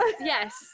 yes